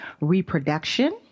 reproduction